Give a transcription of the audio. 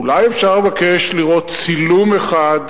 אולי אפשר לבקש לראות צילום אחד,